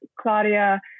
claudia